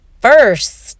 first